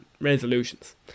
resolutions